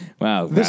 Wow